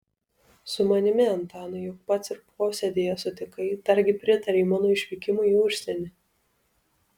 su manimi antanai juk pats ir posėdyje sutikai dargi pritarei mano išvykimui į užsienį